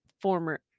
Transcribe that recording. former